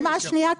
הרשימה השנייה,